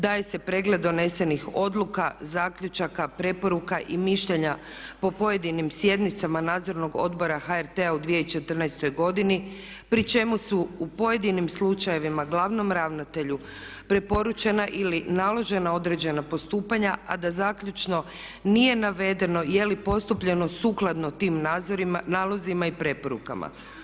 Daje se pregled donesenih odluka, zaključaka, preporuka i mišljenja po pojedinim sjednicama Nadzornog odbora HRT-a u 2014. godini pri čemu su u pojedinim slučajevima glavnom ravnatelju preporučena ili naložena određena postupanja, a da zaključno nije navedeno je li postupljeno sukladno tim nalozima i preporukama.